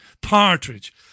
Partridge